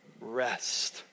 rest